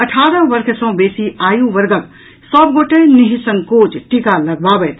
अठारह वर्ष सँ बेसी आयु वर्गक सभ गोटे निःसंकोच टीका लगबावथि